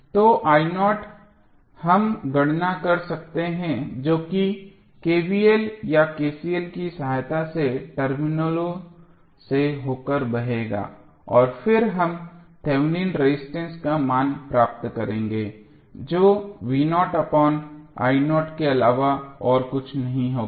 तो हम गणना कर सकते हैं जो कि KVL या KCL की सहायता से टर्मिनलों से होकर बहेगा और फिर हम थेवेनिन रेजिस्टेंस का मान प्राप्त करेंगे जो के अलावा और कुछ नहीं होगा